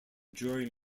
jury